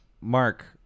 Mark